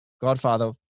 Godfather